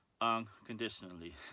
unconditionally